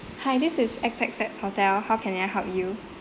hi this is X X X hotel how can I help you